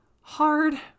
hard